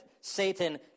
Satan